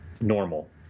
normal